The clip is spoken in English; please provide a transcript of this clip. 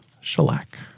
Shellac